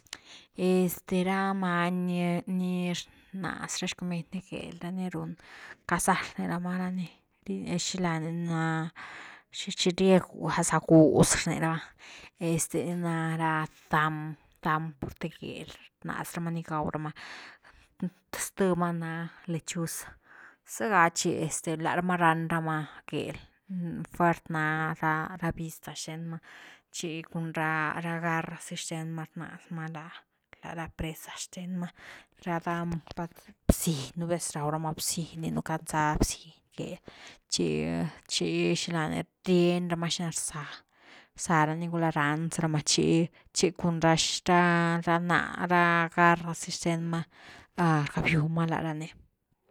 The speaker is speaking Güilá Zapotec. Este ra many ni-ni rnaz ra xcomid ni gél ra ni run cazar rninu larama ni, xila ni n+í na za chi riew za gúz rni raba, este ní na ra dam purthe gel rnaz rama ni gaw rama einty zth ma lechuza, zega tchi este lá rama ran rama gel, fuert na ra vista xthen ma, chi cun ra- ra garras zi xthen ma rnaz ma la-lá ra presas xthen ma, ra path bziñ, nú vez raw rama bziny rninu canzá bziny gel chí–chi xila ni rien rama xina rza-rza rani gula ran rama tchi-tchi cun ra náa, ra garraz zy xthen ma rgabiu má lá ra ni.